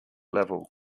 level